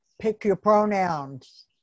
pick-your-pronouns